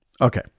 okay